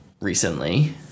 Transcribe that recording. recently